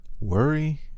worry